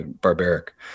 barbaric